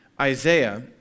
Isaiah